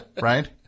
right